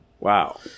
wow